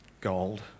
Gold